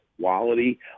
quality